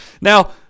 Now